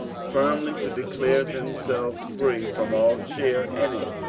firmly to declare themselves free from all share in it,